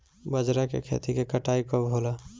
बजरा के खेती के कटाई कब होला?